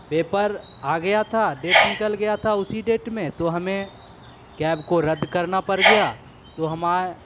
paper आ गया था डेट निकल गया था उसी डेट में तो हमें कैब को रद्द करना पर गया तो हमें